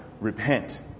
repent